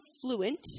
fluent